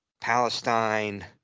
Palestine